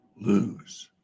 lose